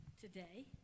today